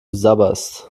sabberst